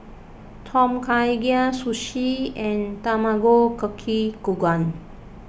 Tom Kha Gai Sushi and Tamago Kake Gohan